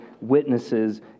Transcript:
witnesses